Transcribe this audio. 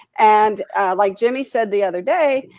and like jimmy said the other day,